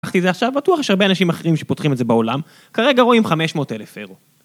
קחתי זה עכשיו, בטוח שהרבה אנשים אחרים שפותחים את זה בעולם. כרגע רואים 500,000 אירו.